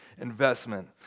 investment